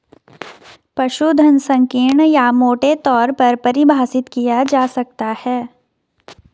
पशुधन संकीर्ण या मोटे तौर पर परिभाषित किया जा सकता है